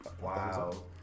Wow